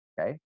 Okay